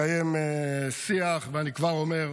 מתקיים שיח, ואני כבר אומר,